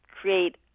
create